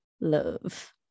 love